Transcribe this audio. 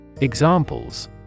Examples